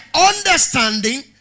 understanding